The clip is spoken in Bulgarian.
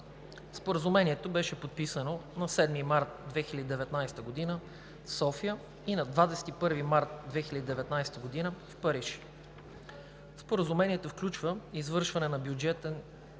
Споразумението беше подписано на 7 март 2019 г. в София и на 21 март 2019 г. в Париж. Споразумението включва извършване на бюджетен